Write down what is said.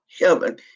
heaven